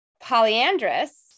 Polyandrous